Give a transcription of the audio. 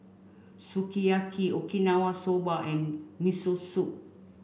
Sukiyaki Okinawa Soba and Miso Soup